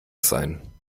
sein